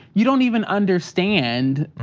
you don't even understand